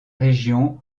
région